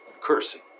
cursing